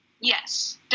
Yes